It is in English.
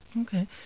Okay